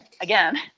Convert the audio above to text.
again